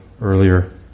earlier